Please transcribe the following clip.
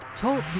Talk